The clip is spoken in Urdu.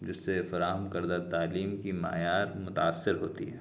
جس سے فراہم کردہ تعلیم کی معیار متاثر ہوتی ہے